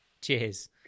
Cheers